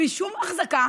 בלי שום החזקה.